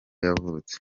yavutse